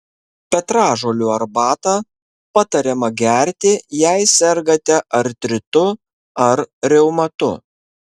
petražolių arbatą patariama gerti jei sergate artritu ar reumatu